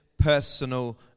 personal